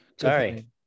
Sorry